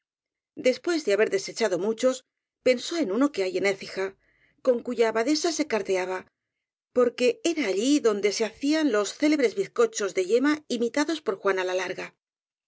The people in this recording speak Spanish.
después de haber desecha do muchos pensó en uno que hay en écija con cuya abadesa se carteaba porque era allí donde se hacían los célebres bizcochos de yema imitados por juana la larga